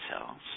cells